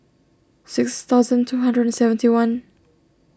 six thousand two hundred and seventy one